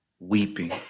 Weeping